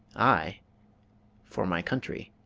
i for my country.